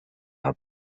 are